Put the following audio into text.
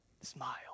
smile